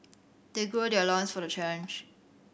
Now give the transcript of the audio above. they gird their loins for the challenge